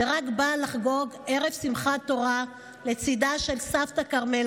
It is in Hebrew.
שרק באה לחגוג ערב שמחת תורה לצידה של סבתא כרמלה,